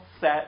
set